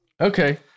Okay